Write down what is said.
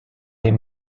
les